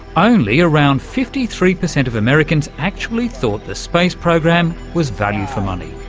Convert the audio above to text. only around fifty three percent of americans actually thought the space program was value for money.